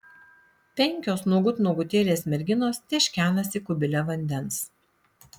penkios nuogut nuogutėlės merginos teškenasi kubile vandens